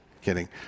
Kidding